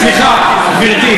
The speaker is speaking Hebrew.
סליחה, גברתי.